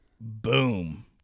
Boom